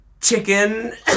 Chicken